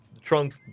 trunk